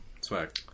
swag